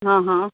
હં હં